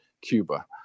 Cuba